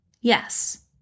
yes